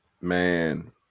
Man